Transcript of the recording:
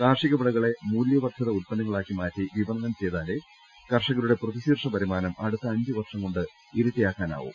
കാർഷിക വിളകളെ മൂലൃ വർദ്ധിത ഉൽപ്പന്നങ്ങളാക്കി മാറ്റി വിപണനം ചെയ്താലെ കർഷകരുടെ പ്രതിശീർഷ വരുമാനം അടുത്ത അഞ്ച് വർഷം കൊണ്ട് ഇരട്ടിയാക്കാനാവു